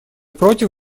против